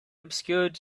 obscured